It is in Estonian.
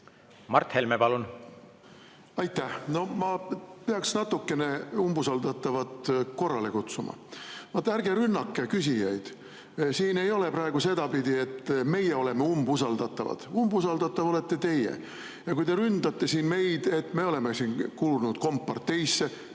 Mart Helme, palun! Aitäh! No ma peaks natukene umbusaldatavat korrale kutsuma. Ärge rünnake küsijaid. Siin ei ole praegu sedapidi, et meie oleme umbusaldatavad. Umbusaldatav olete teie. Te ründate siin meid, et me oleme siin kuulunud komparteisse.